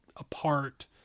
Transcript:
apart